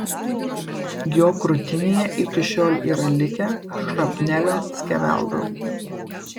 jo krūtinėje iki šiol yra likę šrapnelio skeveldrų